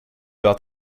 att